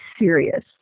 serious